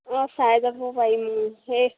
অঁ চাই যাব পাৰিম সেই